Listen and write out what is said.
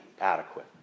adequate